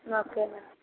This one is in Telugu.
ఓకే అండి